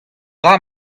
dra